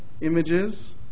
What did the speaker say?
images